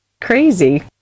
crazy